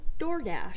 DoorDash